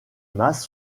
masse